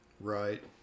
right